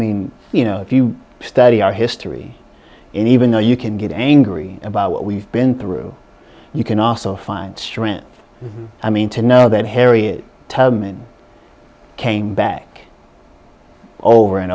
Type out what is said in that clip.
mean you know if you study our history even though you can get angry about what we've been through you can also find strength i mean to know that harriet tubman came back over and